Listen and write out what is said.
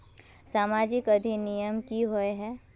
सामाजिक अधिनियम की होय है?